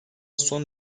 son